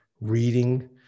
reading